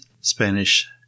Spanish